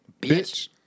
Bitch